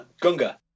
Gunga